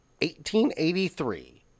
1883